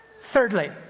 Thirdly